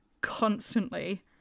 constantly